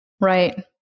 Right